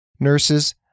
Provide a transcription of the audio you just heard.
Nurses